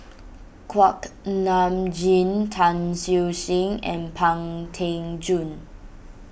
Kuak Nam Jin Tan Siew Sin and Pang Teck Joon